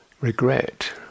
regret